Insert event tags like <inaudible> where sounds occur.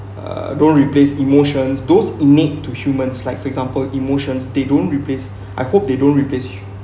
uh don't replace emotions those in need to humans like for example emotions they don't replace <breath> I hope they don't replace